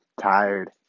tired